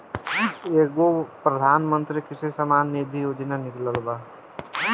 एगो प्रधानमंत्री कृषि सम्मान निधी योजना निकलल बा